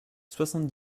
soixante